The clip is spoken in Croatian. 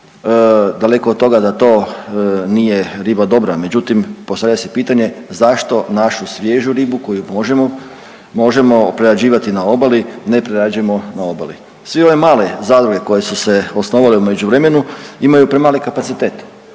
Daleko od toga da to nije riba dobra, međutim postavlja se pitanje zašto našu svježu ribu koju možemo prerađivati na obali ne prerađujemo na obali. Sve ove male zadruge koje su se osnovale u međuvremenu imaju premali kapacitet.